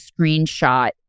screenshot